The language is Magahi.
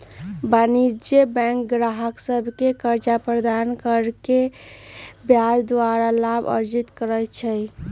वाणिज्यिक बैंक गाहक सभके कर्जा प्रदान कऽ के ब्याज द्वारा लाभ अर्जित करइ छइ